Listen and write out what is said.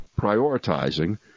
prioritizing –